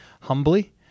humbly